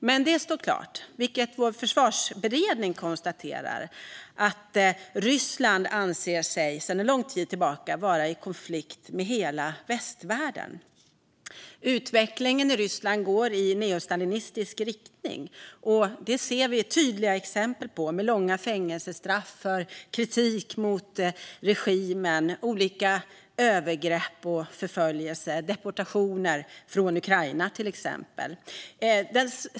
Men det står klart, vilket vår försvarsberedning konstaterar, att Ryssland sedan lång tid tillbaka anser sig vara i konflikt med hela västvärlden. Utvecklingen i Ryssland går i neostalinistisk riktning. Det ser vi tydliga exempel på, med långa fängelsestraff för kritik mot regimen och med olika övergrepp och förföljelser, till exempel deportationer från Ukraina.